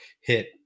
hit